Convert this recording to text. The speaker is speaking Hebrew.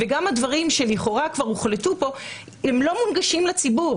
גם הדברים שלכאורה כבר הוחלטו פה לא מונגשים לציבור.